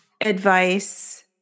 advice